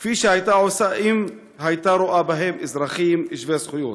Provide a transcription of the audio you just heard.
כפי שהייתה עושה אם הייתה רואה בבני המשפחה אזרחים שווי זכויות.